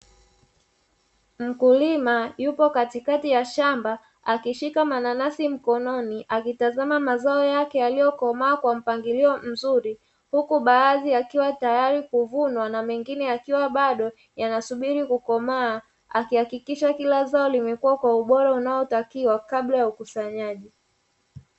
Mkulima yupo katikati ya shamba akishika mananasi mkononi, akitazama mazao yake yaliyokomaa kwa mpangilio mzuri; huku baadhi yakiwa tayari kuvunwa na mengine yakiwa bado yanasubiri kukomaaa. Akihakikisha kila zao limekuwa kwa ubora unaotakiwa kabla ya ukusanyaji.